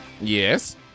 Yes